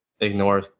ignore